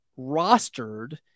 rostered